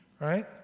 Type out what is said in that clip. right